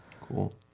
Cool